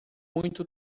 muito